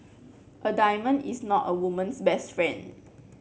a diamond is not a woman's best friend